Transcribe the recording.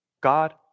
God